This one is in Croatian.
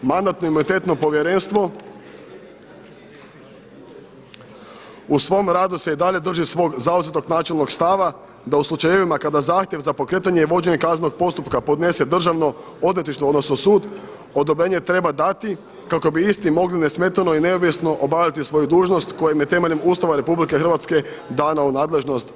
Mandatno-imunitetno povjerenstvo u svom radu se i dalje drži svog zauzetog načelnog stava da u slučajevima kada zahtjev za pokretanje i vođenje kaznenog postupka podnese Državno odvjetništvo odnosno sud, odobrenje treba dati kako bi isti mogli nesmetano i neovisno obavljati svoju dužnost koja ima temeljem Ustava Republike Hrvatske dana u nadležnost.